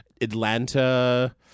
Atlanta